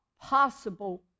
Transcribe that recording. possible